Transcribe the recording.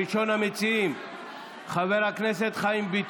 מס' 533,